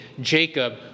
Jacob